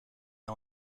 ait